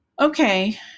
Okay